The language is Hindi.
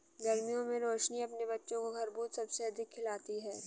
गर्मियों में रोशनी अपने बच्चों को खरबूज सबसे अधिक खिलाती हैं